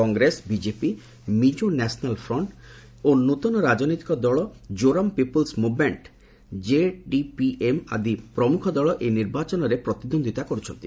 Congress BJP Mizo National Front ଏବଂ ନୂଆ ରାଜନୈତିକ ଦଳ କୋରାମ୍ ପିପୁଲ୍ସ ମୁଭ୍ମେଷ୍ଟ୍ ଜେଡ୍ପିଏମ୍ ଆଦି ପ୍ରମୁଖ ଦଳ ଏହି ନିର୍ବାଚନରେ ପ୍ରତିଦ୍ୱନ୍ଦ୍ୱିତା କରୁଛନ୍ତି